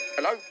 Hello